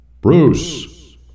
Bruce